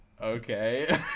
okay